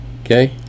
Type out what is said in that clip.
Okay